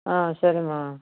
ஆ சரிம்மா